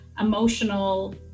emotional